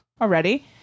already